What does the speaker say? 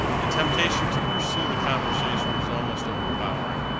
the temptation to pursue the conversation was almost overpowering.